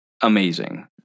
amazing